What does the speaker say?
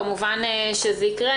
כמובן זה יקרה.